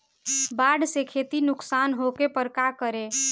बाढ़ से खेती नुकसान होखे पर का करे?